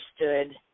understood